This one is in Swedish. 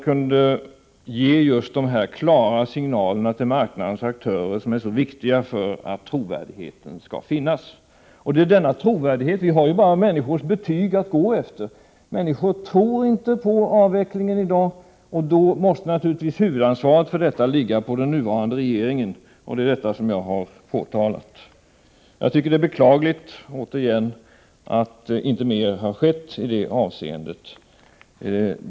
Att man ger klara signaler till marknadens aktörer är viktigt för trovärdigheten. Vi har ju bara människors egen betygsättning att gå efter. Människor tror inte på avvecklingen i dag. Då måste naturligtvis huvudansvaret ligga på den nuvarande regeringen. Det är detta som jag påpekat. Det är beklagligt att inte mer har skett i detta avseende.